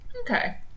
Okay